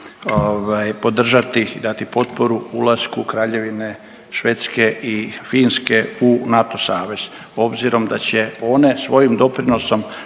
podržati i dati potporu ulasku Kraljevine Švedske i Finske u NATO savez obzirom da će one svojim doprinosom